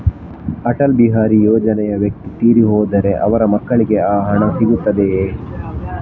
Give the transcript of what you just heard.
ಅಟಲ್ ಬಿಹಾರಿ ಯೋಜನೆಯ ವ್ಯಕ್ತಿ ತೀರಿ ಹೋದರೆ ಅವರ ಮಕ್ಕಳಿಗೆ ಆ ಹಣ ಸಿಗುತ್ತದೆಯೇ?